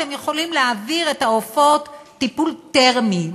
אתם יכולים להעביר את העופות טיפול תרמי,